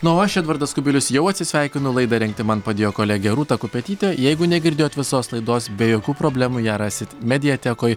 na o aš edvardas kubilius jau atsisveikinu laidą rengti man padėjo kolegė rūta kupetytė jeigu negirdėjot visos laidos be jokių problemų ją rasit mediatekoj